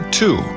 two